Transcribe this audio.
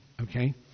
Okay